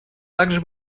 также